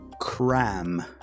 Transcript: Cram